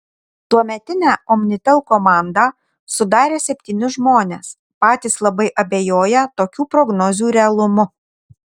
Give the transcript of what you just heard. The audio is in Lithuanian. tuometinę omnitel komandą sudarė septyni žmonės patys labai abejoję tokių prognozių realumu